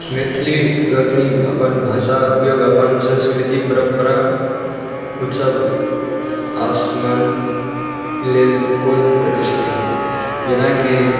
मैथिली लोकनि अपन भाषा उपयोग अपन संस्कृति परम्परा उत्सव आसमनके लेल कोन करै छथिन जेनाकि